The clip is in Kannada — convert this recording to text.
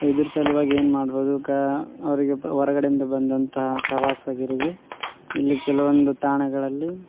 ಇದ್ರ ಸಲುವಾಗಿ ಏನು ಮಾಡಬೌದು ಕ ಅವರಿಗೆ ಹೊರಗಡೆಯಿಂದ ಬಂದಂಥ ಪ್ರವಾಸಿಗ್ರಿಗೆ ಇಲ್ಲಿ ಕೆಲವೊಂದು ತಾಣಗಳಲ್ಲಿ